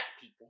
people